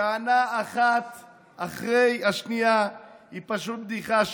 טענה אחת אחרי השנייה היא פשוט בדיחה.